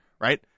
right